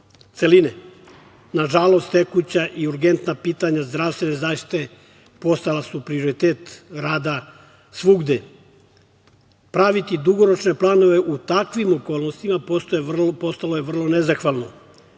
celine. Nažalost, tekuća i urgentna pitanja zdravstvene zaštite postala su prioritet rada svugde. Praviti dugoročne planove u takvim okolnostima postalo je vrlo nezahvalno. Podsetiću